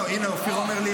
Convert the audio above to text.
אופיר אומר לי